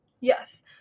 yes